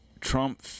Trump